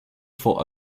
for